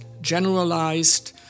generalized